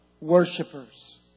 Worshippers